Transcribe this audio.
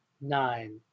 nine